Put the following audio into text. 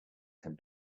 can